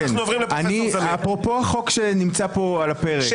אפרופו החוק שנמצא על הפרק,